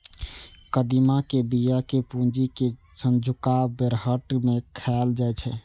कदीमा के बिया कें भूजि कें संझुका बेरहट मे खाएल जाइ छै